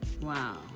Wow